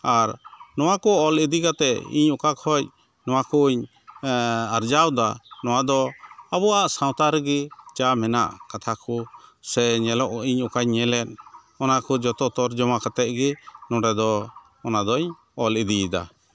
ᱟᱨ ᱱᱚᱣᱟ ᱠᱚ ᱚᱞ ᱤᱫᱤ ᱠᱟᱛᱮᱫ ᱤᱧ ᱚᱠᱟ ᱠᱷᱚᱱ ᱱᱚᱣᱟ ᱠᱩᱧ ᱟᱨᱡᱟᱣᱮᱫᱟ ᱱᱚᱣᱟ ᱫᱚ ᱟᱵᱚᱣᱟᱜ ᱥᱟᱶᱛᱟ ᱨᱮᱜᱮ ᱡᱟ ᱢᱮᱱᱟᱜᱼᱟ ᱠᱟᱛᱷᱟ ᱠᱚ ᱥᱮ ᱧᱮᱞᱚᱜ ᱤᱧ ᱚᱠᱟᱧ ᱧᱮᱞᱮᱫ ᱚᱱᱟ ᱠᱚ ᱡᱚᱛᱚ ᱛᱚᱨᱡᱚᱢᱟ ᱠᱟᱛᱮᱫ ᱜᱮ ᱱᱚᱸᱰᱮ ᱫᱚ ᱚᱱᱟ ᱫᱚᱧ ᱚᱞ ᱤᱫᱤᱭᱮᱫᱟ